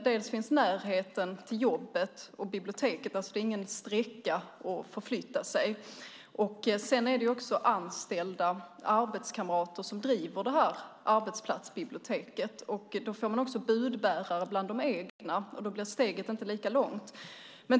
Dels finns närheten mellan jobbet och biblioteket - det är ingen sträcka att förflytta sig - och dels är det anställda, det vill säga arbetskamrater, som driver arbetsplatsbiblioteket. Då får man också budbärare bland de egna, och steget blir inte lika långt.